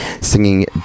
singing